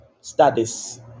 studies